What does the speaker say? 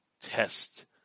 Test